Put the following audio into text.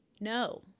no